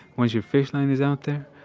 once your fish line is out there,